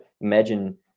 imagine